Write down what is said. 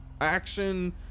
action